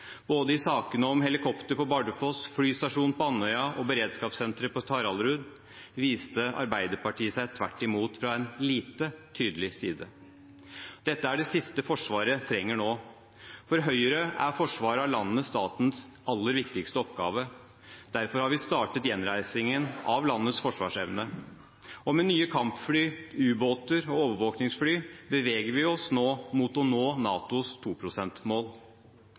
Både i sakene om helikoptre på Bardufoss, flystasjonen på Andøya og beredskapssenteret på Taraldrud viste Arbeiderpartiet seg tvert imot fra en lite tydelig side. Dette er det siste Forsvaret trenger nå. For Høyre er forsvar av landet statens aller viktigste oppgave. Derfor har vi startet gjenreisingen av landets forsvarsevne. Med nye kampfly, ubåter og overvåkningsfly beveger vi oss nå mot å nå NATOs